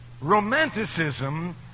romanticism